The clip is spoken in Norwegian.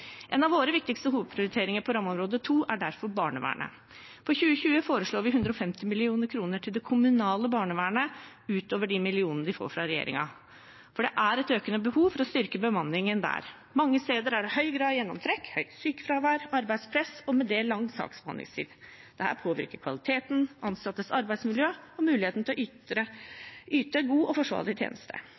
En av våre viktigste hovedprioriteringer på rammeområde 2 er derfor barnevernet. For 2020 foreslår vi 150 mill. kr til det kommunale barnevernet utover de millionene de får fra regjeringen, for det er et økende behov for å styrke bemanningen der. Mange steder er det høy grad av gjennomtrekk, høyt sykefravær, arbeidspress og med det lang saksbehandlingstid. Dette påvirker kvaliteten, ansattes arbeidsmiljø og muligheten til å yte god og forsvarlig